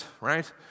Right